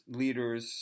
leaders